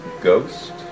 Ghost